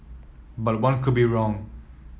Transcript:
but one could be wrong